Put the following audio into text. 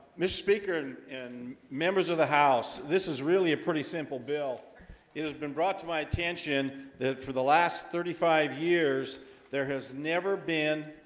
mr. speaker and members of the house this is really a pretty simple bill it has been brought to my attention that for the last thirty five years there has never been